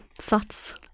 thoughts